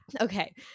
Okay